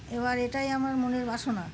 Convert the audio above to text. এবার এটাই আমার মনের বাসনা